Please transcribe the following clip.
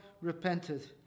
repented